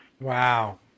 Wow